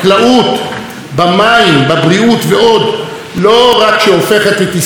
בבריאות ועוד לא רק שהופכת את ישראל למעצמה של ידע,